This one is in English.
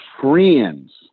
friends